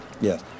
Yes